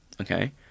Okay